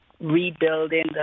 rebuilding